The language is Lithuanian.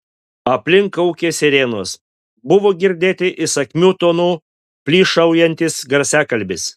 aplink kaukė sirenos buvo girdėti įsakmiu tonu plyšaujantis garsiakalbis